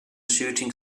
shooting